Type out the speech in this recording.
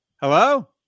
Hello